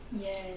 yes